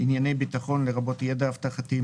"ענייני ביטחון" לרבות ידע אבטחתי,